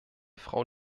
frau